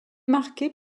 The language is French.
marqué